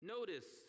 Notice